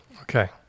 okay